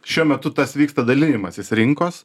šiuo metu tas vyksta dalinimasis rinkos